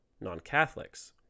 non-Catholics